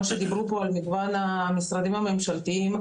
שדיברו פה על מגוון המשרדים הממשלתיים,